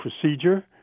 procedure